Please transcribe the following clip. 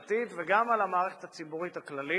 ההלכתית וגם על המערכת הציבורית הכללית.